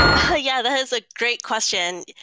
but yeah, that is a great question.